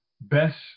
best